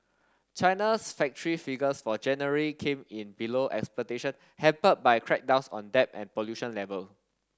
China's factory figures for January came in below expectation hampered by crackdowns on debt and pollution level